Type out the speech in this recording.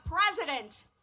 president